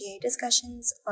discussions